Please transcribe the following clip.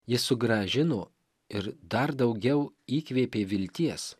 jis sugrąžino ir dar daugiau įkvėpė vilties